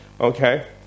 Okay